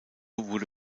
wurde